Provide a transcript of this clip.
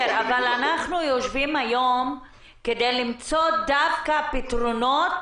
אבל אנחנו יושבים היום כדי למצוא דווקא פתרונות